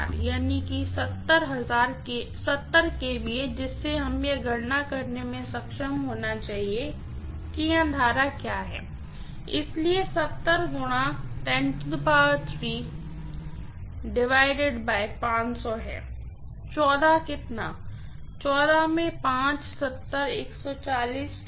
kVA जिससे हमें यह गणना करने में सक्षम होना चाहिए कि यहां करंट क्या है इसलिए यह है कितना